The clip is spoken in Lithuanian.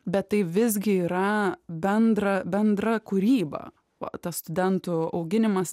bet tai visgi yra bendra bendra kūryba o tas studentų auginimas